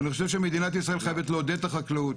אני חושב שמדינת ישראל חייבת לעודד את החקלאות.